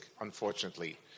unfortunately